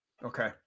Okay